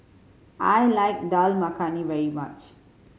I like Dal Makhani very much